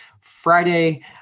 Friday